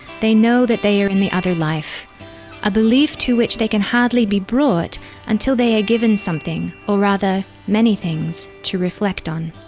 they know that they are in the other life a belief to which they can hardly be brought until they are given something, or rather many things, to reflect on.